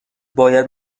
باید